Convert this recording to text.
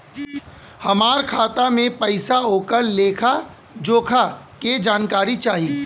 हमार खाता में पैसा ओकर लेखा जोखा के जानकारी चाही?